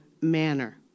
manner